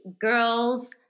girls